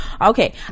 okay